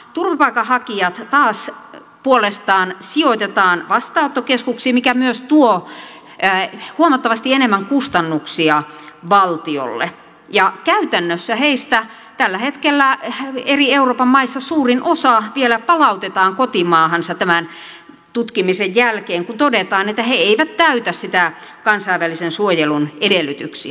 turvapaikanhakijat taas puolestaan sijoitetaan vastaanottokeskuksiin mikä myös tuo huomattavasti enemmän kustannuksia valtiolle ja käytännössä heistä tällä hetkellä eri euroopan maissa suurin osa vielä palautetaan kotimaahansa tämän tutkimisen jälkeen kun todetaan että he eivät täytä niitä kansainvälisen suojelun edellytyksiä